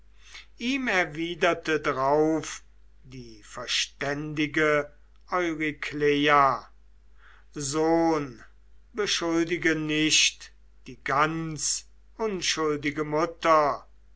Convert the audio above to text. ihm erwiderte drauf die verständige eurykleia sohn beschuldige nicht die ganz unschuldige mutter